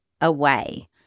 away